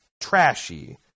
trashy